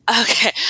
Okay